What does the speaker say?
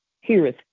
Heareth